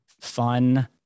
fun